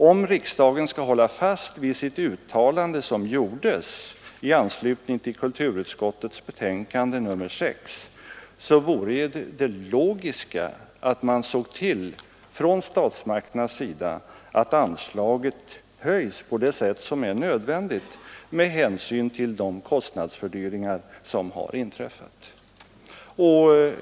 Om riksdagen skall hålla fast vid sitt uttalande i anslutning till behandlingen av kulturutskottets betänkande nr 6, vore det logiskt att statsmakterna såg till att anslaget höjdes på det sätt som är nödvändigt med hänsyn till de kostnadsfördyringar som har inträffat.